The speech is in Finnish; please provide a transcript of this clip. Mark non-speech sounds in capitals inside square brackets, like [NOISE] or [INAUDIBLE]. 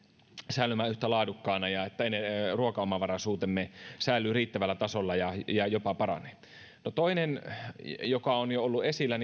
säilymään yhtä laadukkaana ja ruokaomavaraisuutemme säilyy riittävällä tasolla ja ja jopa paranee toinen joka on jo ollut esillä [UNINTELLIGIBLE]